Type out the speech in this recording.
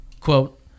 quote